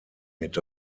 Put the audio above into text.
mit